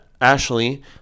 Ashley